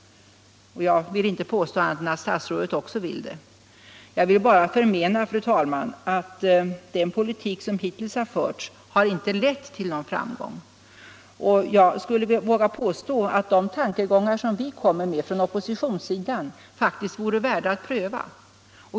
Och jag vill inte påstå annat än att statsrådet också vill ha sådana. Jag förmenar bara, ket fru talman, att den politik som hittills förts inte har lett till någon framgång. Jag vågar påstå att de tankegångar som vi kommer med från oppositionssidan faktiskt vore värda att prövas.